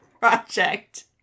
project